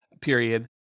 period